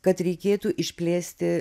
kad reikėtų išplėsti